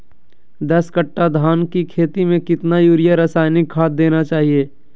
दस कट्टा धान की खेती में कितना यूरिया रासायनिक खाद देना चाहिए?